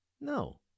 No